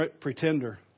pretender